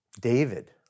David